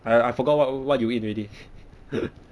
I I forgot what what you eat already